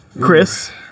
Chris